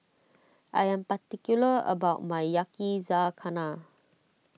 I am particular about my Yakizakana